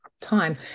time